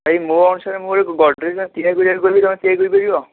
ଭାଇ ମୋ ଅନୁସାରେ ମୁଁ ଯଦି ଗୋଦରେଜ୍ ତିଆରି କରିବାକୁ କହିବି ତୁମେ ତିଆରି କରିପାରିବ